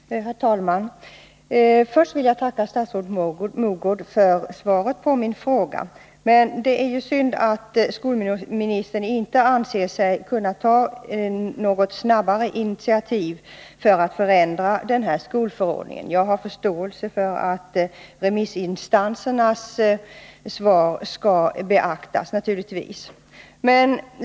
Herr talman! Först vill jag tacka statsrådet Mogård för svaret på min fråga. Det är synd att skolministern inte anser sig kunna ta något snabbare 5 initiativ för att förändra den här skolförordningen. Jag har dock förståelse för att remissinstansernas svar naturligtvis skall beaktas.